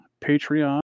patreon